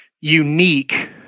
unique